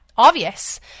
obvious